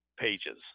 pages